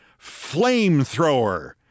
flamethrower